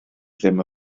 ddim